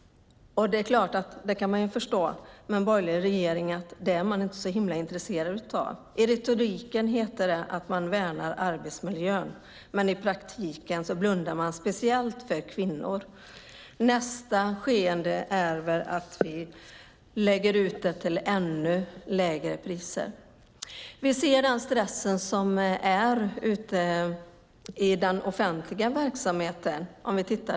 Man kan dock förstå att en borgerlig regering inte är så intresserad av det. I retoriken heter det att man värnar arbetsmiljön, men i praktiken blundar man, speciellt för kvinnor. Nästa skeende blir väl att det läggs ut till ännu lägre priser. Vi ser den stress som finns ute i den offentliga verksamheten.